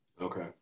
Okay